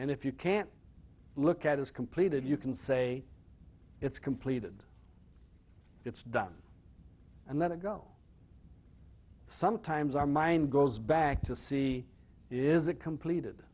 and if you can't look at is completed you can say it's completed it's done and let it go sometimes our mind goes back to see is it complete